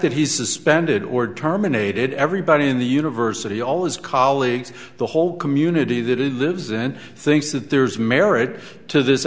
that he's suspended or terminated everybody in the university always colleagues the whole community that it lives in thinks that there's merit to this